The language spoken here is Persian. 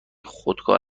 خودکار